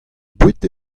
boued